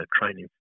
training